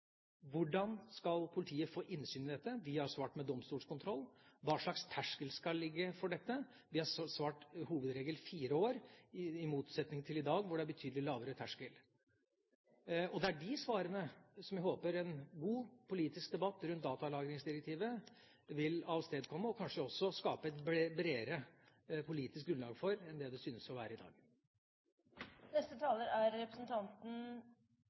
hvordan politiet skal få innsyn i dette – vi har svart med domstolskontroll – og hva slags terskel som skal ligge for dette, der vi har svart fire år som en hovedregel, i motsetning til i dag, hvor terskelen er betydelig lavere? Det er de svarene jeg håper en god politisk debatt rundt datalagringsdirektivet vil avstedkomme og kanskje også skape et bredere politisk grunnlag for enn det det synes å være i dag.